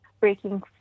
breaking